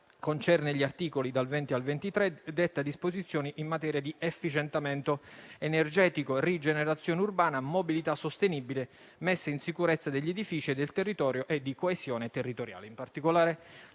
concerne gli articoli dal 20 al 23, detta disposizioni in materia di efficientamento energetico, rigenerazione urbana, mobilità sostenibile, messa in sicurezza degli edifici e del territorio e di coesione territoriale.